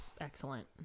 excellent